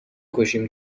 کشیم